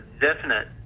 definite